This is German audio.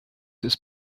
ist